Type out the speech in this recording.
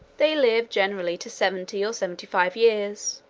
they live generally to seventy, or seventy-five years,